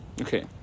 okay